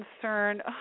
concerned